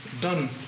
done